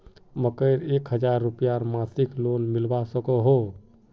मकईर एक हजार रूपयार मासिक लोन मिलवा सकोहो होबे?